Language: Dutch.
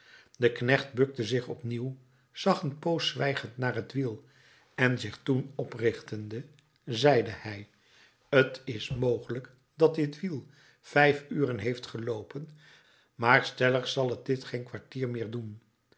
de knecht bukte zich opnieuw zag een poos zwijgend naar het wiel en zich toen oprichtende zeide hij t is mogelijk dat dit wiel vijf uren heeft geloopen maar stellig zal het dit geen kwartier meer doen